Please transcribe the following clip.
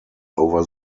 over